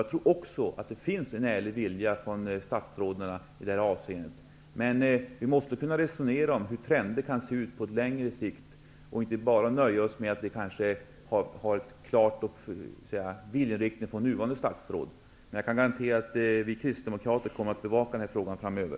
Jag tror också att det finns en ärlig vilja från statsråden i de här avseendena, men vi måste kunna resonera om hur trender kan se ut på längre sikt och skall inte nöja oss med en klar viljeinriktning från nuvarande statsråd. Jag kan garantera att vi kristdemokrater kommer att bevaka denna fråga framöver.